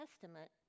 Testament